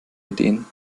ideen